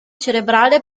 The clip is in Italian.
cerebrale